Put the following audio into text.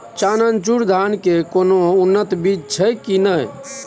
चननचूर धान के कोनो उन्नत बीज छै कि नय?